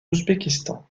ouzbékistan